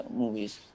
movies